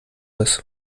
das